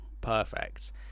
perfect